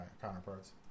counterparts